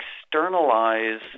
externalize